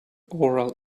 oral